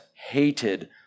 hated